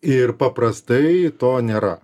ir paprastai to nėra